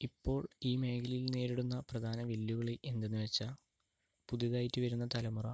ഇപ്പോള് ഈ മേഖലയില് നേരിടുന്ന പ്രധാന വെല്ലുവിളി എന്തെന്നു വച്ചാല് പുതുതായിട്ട് വരുന്ന തലമുറ